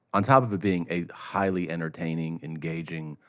on top of it being a highly entertaining, engaging,